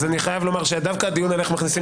אז אני חייב לומר שדווקא הדיון על איך מכניסים